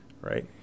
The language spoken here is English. right